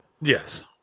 yes